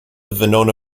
venona